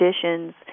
conditions